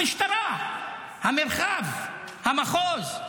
המשטרה, המרחב, המחוז,